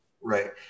Right